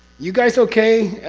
you guys okay?